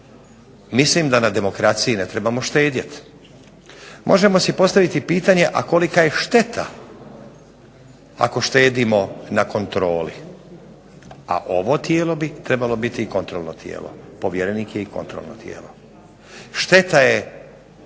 Mislim da na demokraciji ne trebamo štedjeti. Možemo si postaviti pitanje, a kolika je šteta ako štedimo na kontroli? A ovo tijelo bi trebalo biti kontrolno tijelo, povjerenik je i kontrolno tijelo. Šteta je